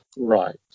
Right